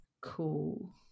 cool